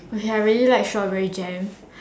okay I really like strawberry jam